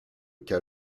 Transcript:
cas